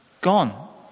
gone